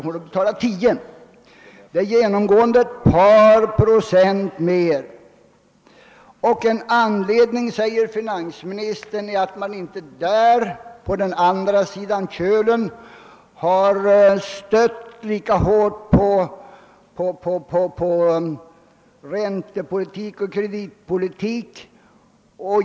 Vi ligger genomgående ett par procent högre. Anledningen härtill är enligt finansministerns uppgift att man på andra sidan Kölen inte har stött sig lika hårt på ränteoch kreditpolitik.